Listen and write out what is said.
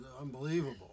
unbelievable